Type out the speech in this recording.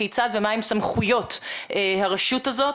כיצד ומהם סמכויות הרשות הזאת.